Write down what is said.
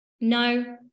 No